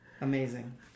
amazing